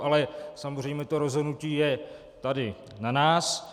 Ale samozřejmě rozhodnutí je tady na nás.